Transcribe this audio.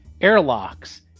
airlocks